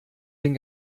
den